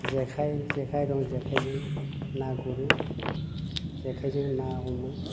जेखाइ जेखाइ दं जेखाइजों ना गुरो जेखाइजों ना हमो